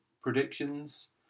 predictions